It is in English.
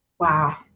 Wow